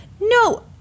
no